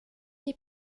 die